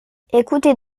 écoutez